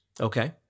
Okay